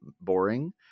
boring